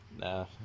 nah